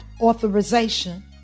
authorization